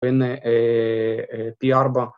בן פי ארבע